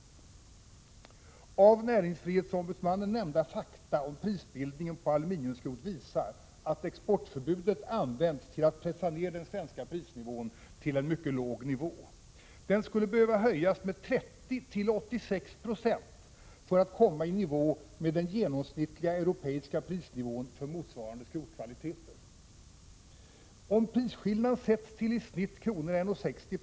Näringsfrihetsombudsmannens nämnda fakta om prisbildningen på aluminiumskrot visar att exportförbudet använts till att pressa ned den svenska prisnivån till en mycket låg nivå. Den skulle behöva höjas med 30—86 976 för att komma i nivå med den genomsnittliga europeiska prisnivån för motsvarande skrotkvaliteter. Om prisskillnaden sätts till i snitt 1:60 kr.